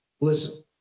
listen